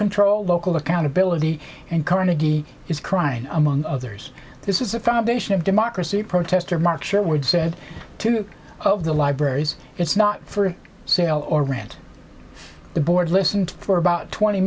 control local accountability and carnegie is crying among others this is a foundation of democracy protester mark your words said two of the libraries it's not for sale or rent the board listened for about twenty